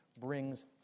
brings